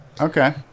Okay